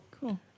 cool